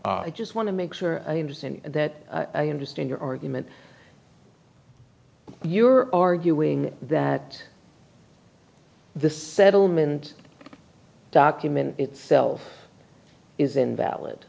i just want to make sure i understand that understand your argument you're arguing that this settlement document itself is invalid